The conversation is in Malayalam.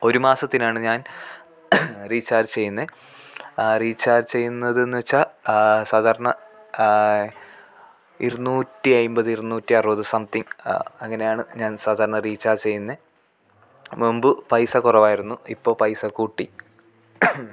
ഒരു മാസത്തിനാണ് ഞാൻ റീച്ചാർജ് ചെയ്യുന്നത് റീചാർജ് ചെയ്യുന്നതെന്ന് വെച്ചാൽ സാധാരണ ഇര്നൂറ്റി അൻപത് ഇര്നൂറ്റി അറുപത് സംതിങ് അങ്ങനെയാണ് ഞാൻ സാധാരണ റീച്ചാർജ് ചെയ്യുന്നത് മുമ്പ് പൈസ കുറവായിരുന്നു ഇപ്പോൾ പൈസ കൂട്ടി